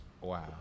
Wow